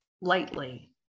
lightly